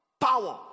Power